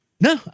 no